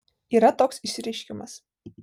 yra toks išsireiškimas